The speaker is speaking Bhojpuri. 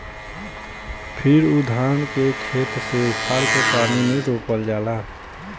फिर उ धान के खेते से उखाड़ के पानी में रोपल जाला